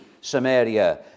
Samaria